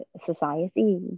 society